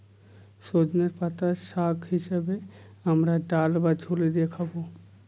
সজনের পাতা শাক হিসেবে আমরা ডাল বা ঝোলে দিয়ে খাবো